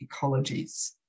ecologies